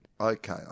Okay